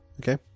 okay